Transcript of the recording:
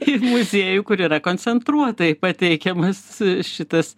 į muziejų kur yra koncentruotai pateikiamas šitas